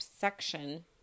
section